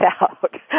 out